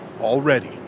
already